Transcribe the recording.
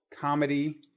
comedy